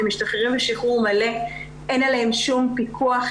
כי משתחררים בשחרור מלא אין עליהם שום פיקוח,